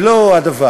ולא הוא הדבר,